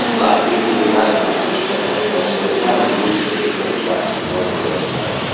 lot of people do night hunting and stuff up there, so it's not unusual to hear gunshots in january at night.